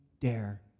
dare